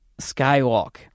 Skywalk